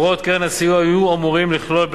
מקורות קרן הסיוע יהיו אמורים לכלול,